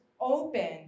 open